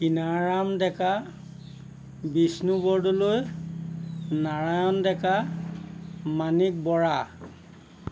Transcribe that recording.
Kinaram Deka Bishnu Bordoloi Narayan Deka Manik Bora